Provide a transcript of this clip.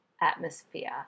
atmosphere